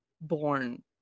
born